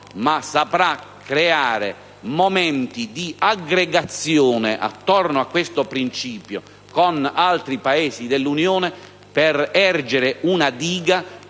ma saprà creare momenti di aggregazione attorno a questo principio con altri Paesi dell'Unione, per ergere una diga